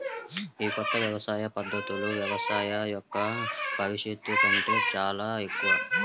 ఈ కొత్త వ్యవసాయ పద్ధతులు వ్యవసాయం యొక్క భవిష్యత్తు కంటే చాలా ఎక్కువ